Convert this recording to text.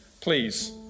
please